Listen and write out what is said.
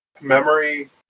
memory